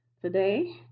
Today